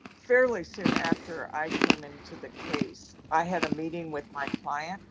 fairly soon after i came into the case i had a meeting with my client.